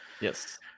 yes